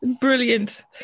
brilliant